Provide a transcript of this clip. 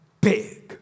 big